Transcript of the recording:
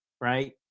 right